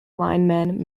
linemen